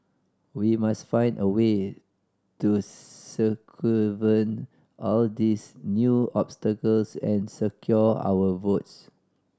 we must find a way to circumvent all these new obstacles and secure our votes